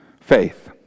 faith